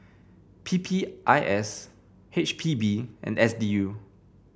P P I S H P B and S D U